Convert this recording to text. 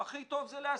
-- הכי טוב זה להסית,